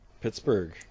Pittsburgh